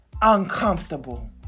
uncomfortable